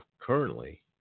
currently